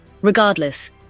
Regardless